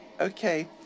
okay